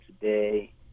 today